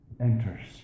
enters